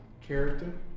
character